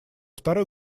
второй